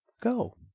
go